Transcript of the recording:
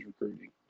recruiting